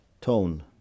tone